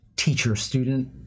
teacher-student